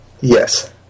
Yes